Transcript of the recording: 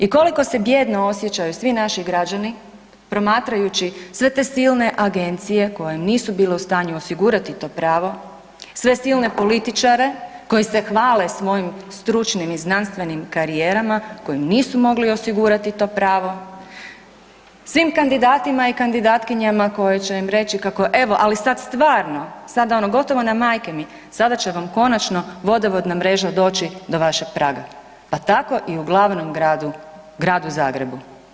I koliko se bijedno osjećaju svi naši građani promatrajući sve te silne agencije koje nisu bile u stanju osigurati to pravo, sve silne političare koji se hvale svojim stručnim i znanstvenim karijerama kojim nisu mogli osigurati to pravo, svim kandidatima i kandidatkinjama koje će im reći kako evo ali sad stvarno, sad ono gotovo na majke mi, sada će vam konačno vodovodna mreža doći do vašeg praga, pa tako i u glavnom gradu Gradu Zagrebu.